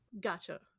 Gotcha